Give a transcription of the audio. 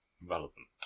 relevant